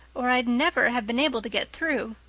or i'd never have been able to get through.